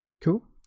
cool